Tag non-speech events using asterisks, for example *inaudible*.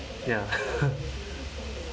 ya *laughs*